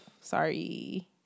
Sorry